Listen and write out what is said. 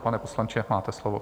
Pane poslanče, máte slovo.